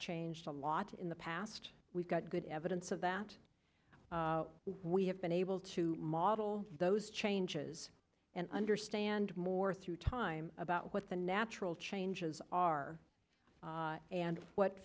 changed a lot in the past we've got good evidence of that we have been able to model those changes and understand more through time about what the natural changes are and what